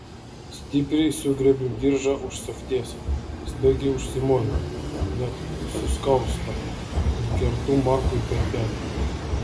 stipriai sugriebiu diržą už sagties staigiai užsimoju net suskausta ir kertu markui per petį